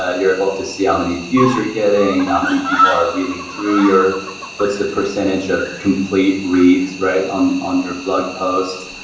ah you're able to see how ah many views you're getting, how many people are reading through your what's the percentage of complete reads, right, on on your blog posts.